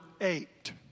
eight